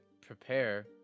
prepare